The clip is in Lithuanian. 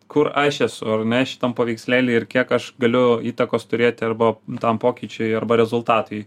kur aš esu ar ne šitam paveikslėly ir kiek aš galiu įtakos turėti arba tam pokyčiui arba rezultatui